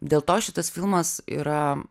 dėl to šitas filmas yra